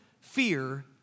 Fear